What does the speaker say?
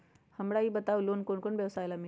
हमरा ई बताऊ लोन कौन कौन व्यवसाय ला मिली?